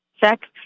sex